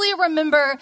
remember